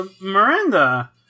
Miranda